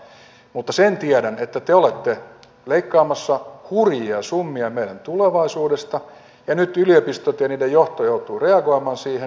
mutta sen tiedän että te olette leikkaamassa hurjia summia meidän tulevaisuudesta ja nyt yliopistot ja niiden johto joutuvat reagoimaan siihen